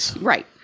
Right